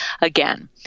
again